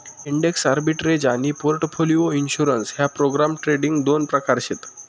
index arbitrage आनी portfolio insurance ह्या program trading दोन प्रकार शेत